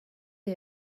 you